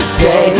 say